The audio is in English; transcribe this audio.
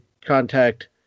contact